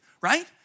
right